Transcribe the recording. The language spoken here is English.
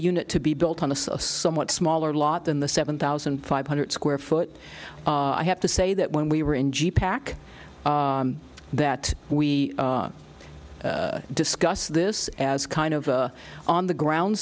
unit to be built on a somewhat smaller lot than the seven thousand five hundred square foot i have to say that when we were in g pack that we discuss this as kind of on the ground